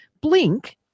Blink